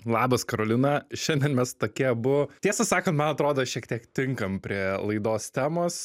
labas karolina šiandien mes tokie abu tiesą sakant man atrodo šiek tiek tinkam prie laidos temos